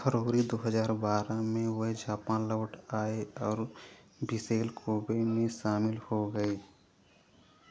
फरवरी दो हजार बारह में वे जापान लौट आए और बिसेल कोबे में शामिल हो गए